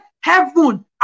heaven